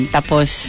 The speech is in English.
Tapos